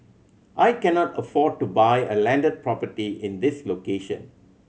I cannot afford to buy a landed property in this location